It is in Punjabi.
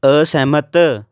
ਅਸਹਿਮਤ